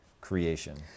creation